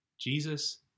Jesus